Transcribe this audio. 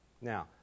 Now